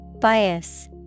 Bias